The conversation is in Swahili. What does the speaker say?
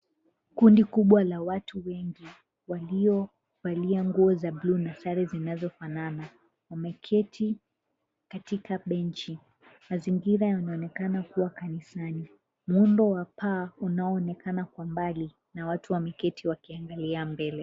Kundi kubwa la watu wengi waliovalia nguo za blue na sare zinazofanana, wameketi katika benchi. Mazingira yanaonekana kua kanisani. Muundo wa paa unaonekana kwa mbali na watu wameketi wakiangalia mbele.